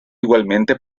igualmente